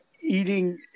eating